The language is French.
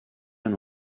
bien